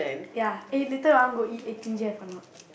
ya eh later you want go eat Eighteen-Chefs or not